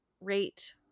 rate